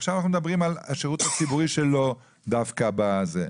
עכשיו אנחנו מדברים על השירות הציבורי שהוא לא דווקא בזה,